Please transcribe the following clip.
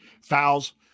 Fouls